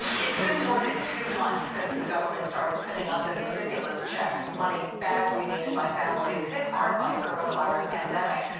it's been more than two months since the government started sending out those stimulus checks money badly needed by families hit hard by the coronavirus pandemic.